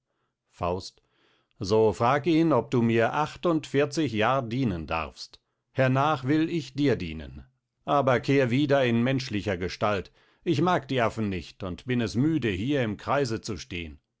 faust so frag ihn ob du mir acht und vierzig jahr dienen darfst hernach will ich dir dienen aber kehr wieder in menschlicher gestalt ich mag die affen nicht und bin es müde hier im kreiße zu stehen